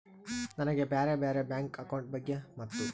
ನನಗೆ ಬ್ಯಾರೆ ಬ್ಯಾರೆ ಬ್ಯಾಂಕ್ ಅಕೌಂಟ್ ಬಗ್ಗೆ ಮತ್ತು?